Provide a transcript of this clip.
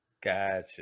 Gotcha